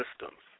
Systems